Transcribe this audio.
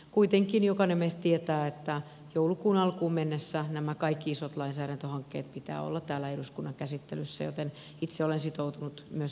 kuitenkin jokainen meistä tietää että joulukuun alkuun mennessä näiden kaikkien isojen lainsäädäntöhankkeiden pitää olla täällä eduskunnan käsittelyssä joten itse olen sitoutunut myös siihen aikatauluun